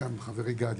כאן חברי גדי.